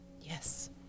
Yes